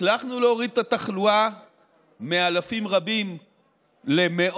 הצלחנו להוריד את התחלואה מאלפים רבים למאות.